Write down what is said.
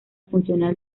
funcional